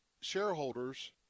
shareholders